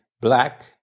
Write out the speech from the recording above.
black